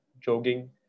jogging